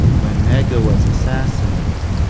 when medgar was assassinated,